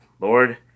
Lord